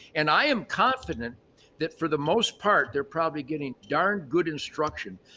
and i am confident that for the most part, they're probably getting darn good instruction.